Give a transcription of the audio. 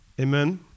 Amen